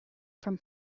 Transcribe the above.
from